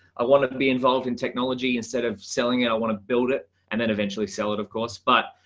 i want to be involved in technology instead of selling it, i want to build it, and then eventually sell it, of course. but